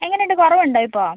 എങ്ങനെ ഉണ്ട് കുറവ് ഉണ്ടോ ഇപ്പം